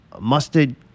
mustard